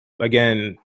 Again